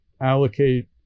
allocate